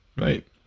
Right